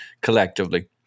collectively